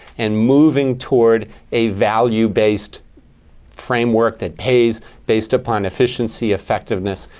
and moving toward a value based framework that pays based upon efficiency, effectiveness,